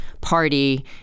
party